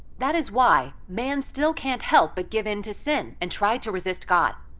that is why man still can't help but give in to sin and try to resist god.